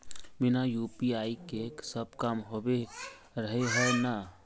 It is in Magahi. बिना यु.पी.आई के सब काम होबे रहे है ना?